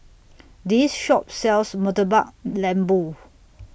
This Shop sells Murtabak Lembu